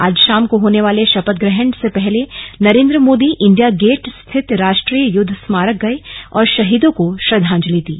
आज शाम को होने वाले शपथ ग्रहण से पहले नरेन्द्र मोदी इंडिया गेट स्थित राष्ट्रीय युद्ध स्मारक गये और शहीदों को श्रद्धांजलि दी